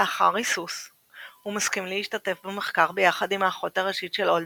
לאחר היסוס הוא מסכים להשתתף במחקר ביחד עם האחות הראשית של אולדהם,